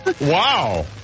Wow